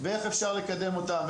ואיך אפשר לקדם אותם,